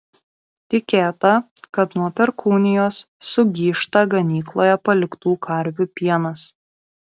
tikėta kad nuo perkūnijos sugyžta ganykloje paliktų karvių pienas